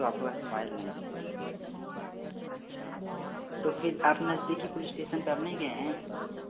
तो आपके पास मोबाईल नहीं थी अच्छा तो फिर आप नज़दीकी पुलिस स्टेशन पर नहीं गए हैं